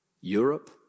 Europe